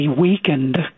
weakened